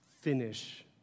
finish